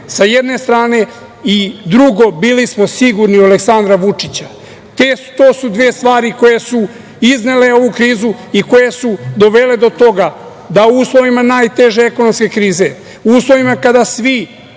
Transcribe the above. sa jedne strane i drugo, bili smo sigurni u Aleksandra Vučića. To su dve stvari koje su iznele ovu krizu i koje su dovele do toga da u uslovima najteže ekonomske krize, u uslovima kada svi